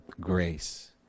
grace